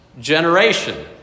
generation